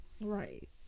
Right